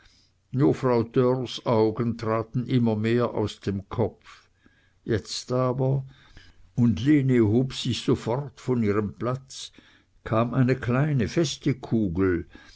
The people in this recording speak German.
frau dörrs augen traten immer mehr aus dem kopf jetzt aber und lene hob sich sofort von ihrem platz kam eine kleine feste kugel